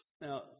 Now